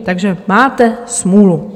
Takže máte smůlu.